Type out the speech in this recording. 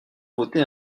voter